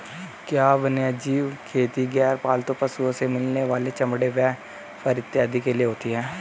क्या वन्यजीव खेती गैर पालतू पशुओं से मिलने वाले चमड़े व फर इत्यादि के लिए होती हैं?